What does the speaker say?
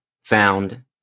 found